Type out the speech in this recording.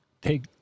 take